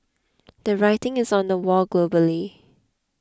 the writing is on the wall globally